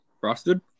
Frosted